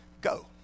go